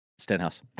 Stenhouse